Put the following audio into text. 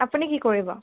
আপুনি কি কৰিব